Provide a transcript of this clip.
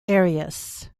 areas